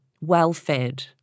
well-fed